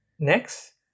Next